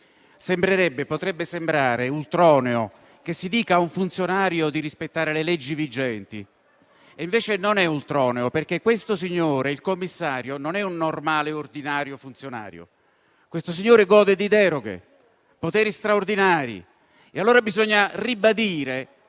Potrebbe sembrare ultroneo che si dica ad un funzionario di rispettare le leggi vigenti, ma non lo è, perché questo signore, il commissario, non è un normale e ordinario funzionario, ma gode di deroghe e poteri straordinari e pertanto bisogna ribadire